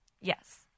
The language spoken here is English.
Yes